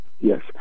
Yes